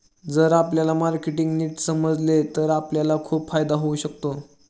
जर आपल्याला मार्केटिंग नीट समजले तर आपल्याला खूप फायदा होऊ शकतो